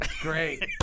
Great